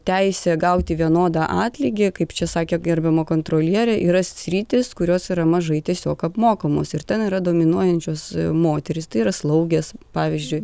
teisę gauti vienodą atlygį kaip čia sakė gerbiama kontrolierė yra sritys kurios yra mažai tiesiog apmokamos ir ten yra dominuojančios moterys tai yra slaugės pavyzdžiui